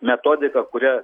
metodika kuria